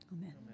Amen